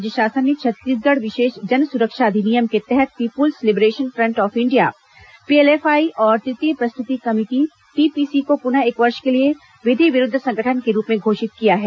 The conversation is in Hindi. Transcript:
राज्य शासन ने छत्तीसगढ़ विशेष जनसुरक्षा अधिनियम के तहत people's liberation front of India P LFI और तृतीय प्रस्तुति कमेटी टीपीसी को पुनः एक वर्ष के लिए विधि विरूद्व संगठन के रूप में घोषित किया है